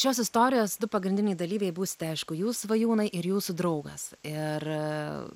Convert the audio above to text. šios istorijos du pagrindiniai dalyviai būste aišku jūs svajūnai ir jūsų draugas ir